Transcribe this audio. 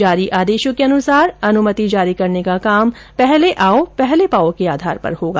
जारी आदेशों के अनुसार अनुमति जारी करने का काम पहले आओ पहले पाओ के आधार पर होगा